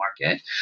market